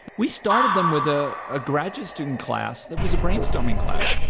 we started them with ah a graduate student class that was a brainstorming class.